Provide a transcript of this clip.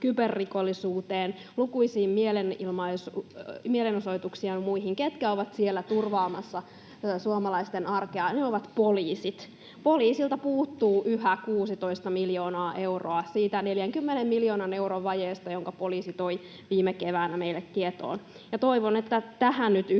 lukuisiin mielenosoituksiin ja muihin? Ketkä ovat siellä turvaamassa suomalaisten arkea? Ne ovat poliisit. Poliisilta puuttuu yhä 16 miljoonaa euroa siitä 40 miljoonan euron vajeesta, jonka poliisi toi viime keväänä meille tietoon. Ja toivon, että tähän nyt yhteisesti